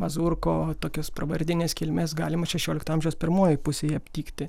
mazurko tokios pravardinės kilmės galima šešiolikto amžiaus pirmojoj pusėj aptikti